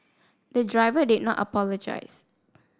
the driver did not apologise